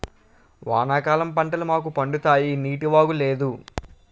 వానాకాలం పంటలు మాకు పండుతాయి నీటివాగు లేదు